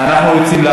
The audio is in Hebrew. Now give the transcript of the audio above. אנחנו רוצים הצבעה.